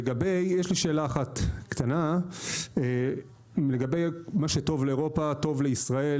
יש לי שאלה אחת קטנה לגבי "מה שטוב לאירופה טוב לישראל",